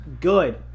Good